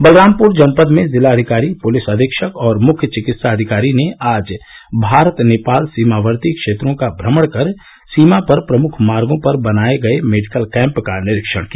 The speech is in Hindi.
बलरामपुर जनपद में जिलाधिकारी पुलिस अधीक्षक और मुख्य चिकित्साधिकारी ने आज भारत नेपाल सीमावर्ती क्षेत्रों का भ्रमण कर सीमा पर प्रमुख मार्गो पर बनाये गये मेडिकल कैम्प का निरीक्षण किया